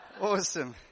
Awesome